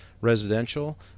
residential